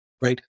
right